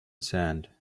sand